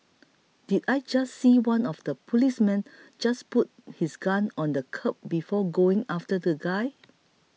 did I just see one of the policemen just put his gun on the curb before going after the guy